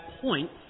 points